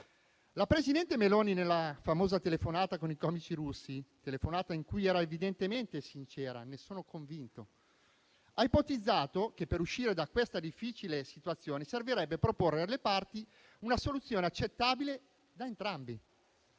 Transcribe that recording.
La presidente Meloni nella famosa telefonata con i comici russi - telefonata in cui, sono convinto, era evidentemente sincera - ha ipotizzato che, per uscire da questa difficile situazione, servirebbe proporre alle parti una soluzione accettabile da entrambe.